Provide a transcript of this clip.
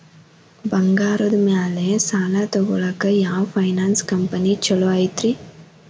ಬಂಗಾರದ ಮ್ಯಾಲೆ ಸಾಲ ತಗೊಳಾಕ ಯಾವ್ ಫೈನಾನ್ಸ್ ಕಂಪನಿ ಛೊಲೊ ಐತ್ರಿ?